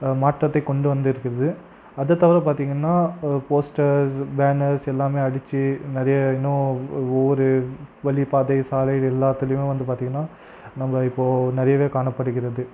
மாற்றத்தை கொண்டு வந்து இருக்கிறது அதை தவிர பார்த்திங்கன்னா ஒரு போஸ்டர்ஸ் பேனர்ஸ் எல்லாமே அடிச்சு நிறைய இன ஒவ்வொரு வழி பாதை சாலையில் எல்லாத்துலயும் வந்து பார்த்திங்கன்னா நம்ம இப்ப நிறையவே காணப்படுகிறது